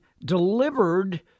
delivered